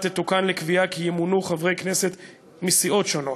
תתוקן לקביעה כי ימונו חברי כנסת מסיעות שונות.